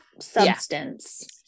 Substance